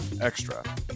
extra